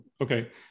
Okay